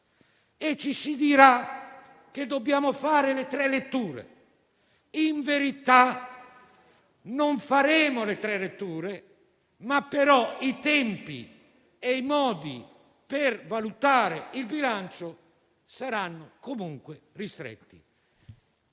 e ci si dirà che dobbiamo fare le tre letture. In verità, non faremo le tre letture, ma i tempi e i modi per valutare il bilancio saranno comunque ristretti.